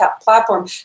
platform